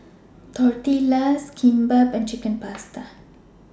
Tortillas Kimbap and Chicken Pasta